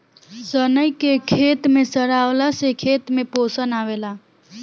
सनई के खेते में सरावला से खेत में पोषण आवेला